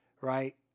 Right